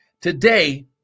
today